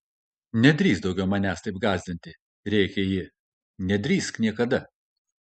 nedrįsk daugiau manęs taip gąsdinti rėkė ji nedrįsk niekada